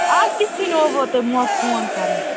اَز کِتھٕ کٔنۍ آوٕ تۅہہِ موقعہٕ فون کَرنس